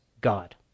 God